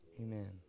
Amen